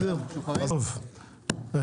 הפסקה.